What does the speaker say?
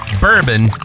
bourbon